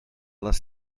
les